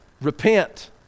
Repent